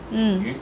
mm